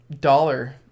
dollar